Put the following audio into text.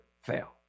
fail